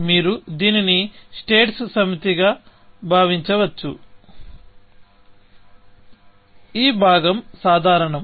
మీరు దీనిని స్టేట్స్ సమితిగా భావించవచ్చు ఈ భాగం సాధారణం